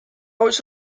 oes